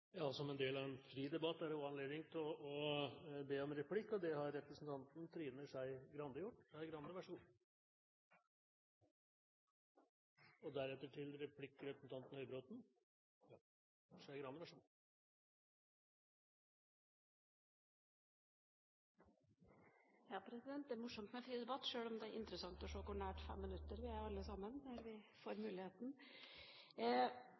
Som en del av en fri debatt er det også anledning til å be om replikk – og det har representanten Trine Skei Grande gjort. Ja, det er morsomt med fri debatt, sjøl om det er interessant å se hvor nære 5 minutter vi er alle sammen, når vi får